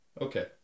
Okay